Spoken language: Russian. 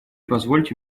позвольте